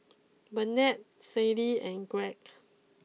Bennett Sadie and Gregg